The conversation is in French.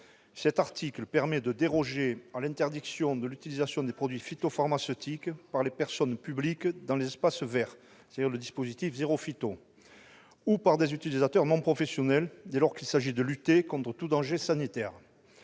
Il permet de déroger à l'interdiction de l'utilisation des produits phytopharmaceutiques par les personnes publiques dans les espaces verts- c'est le dispositif « zéro phyto » -ou par des non professionnels dès lors qu'il s'agit de lutter contre tout danger sanitaire.